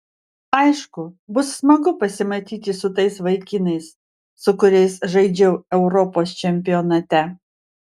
aišku bus smagu pasimatyti su tais vaikinais su kuriais žaidžiau europos čempionate